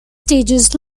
stages